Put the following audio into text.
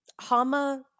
Hama